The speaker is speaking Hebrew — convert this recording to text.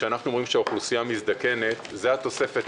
כשאנחנו אומרים שהאוכלוסייה מזדקנת זו התוספת